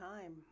time